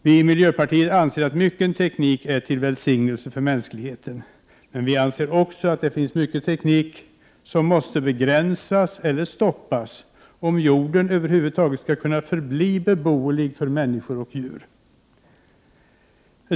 Vi i miljöpartiet anser att mycken teknik är till välsignelse för mänskligheten, men vi anser också att det finns mycken teknik som måste begränsas eller stoppas om jorden över huvud taget skall kunna förbli beboelig för människor och djur.